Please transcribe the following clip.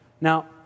Now